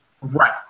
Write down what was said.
Right